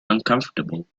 uncomfortable